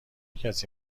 کسی